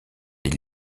des